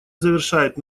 завершает